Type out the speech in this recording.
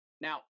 Now